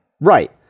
Right